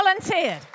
volunteered